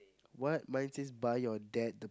what mine says buy your debt